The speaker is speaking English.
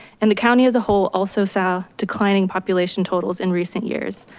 and the county as a whole also saw declining population totals in recent years.